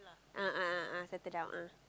a'ah a'ah settle down ah